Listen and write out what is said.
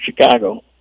Chicago